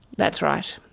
that's right.